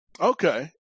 Okay